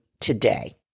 today